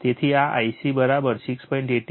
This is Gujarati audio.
તેથી આ Ic 6